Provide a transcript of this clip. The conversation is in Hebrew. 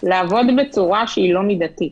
לעבוד בצורה שהיא לא מידתית.